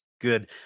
good